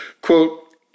quote